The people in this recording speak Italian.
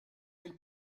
del